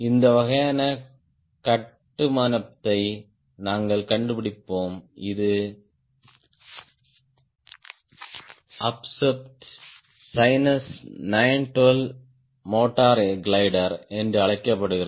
இந்த வகையான கட்டுமானத்தை நாங்கள் கண்டுபிடிப்போம் இது அபஸ்வீப்ட் சைனஸ் 912 மோட்டார் கிளைடர் என்று அழைக்கப்படுகிறது